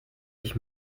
ich